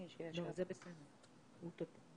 והצטרכנו לדחות, ועכשיו זה.